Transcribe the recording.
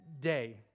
day